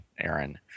Aaron